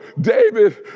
David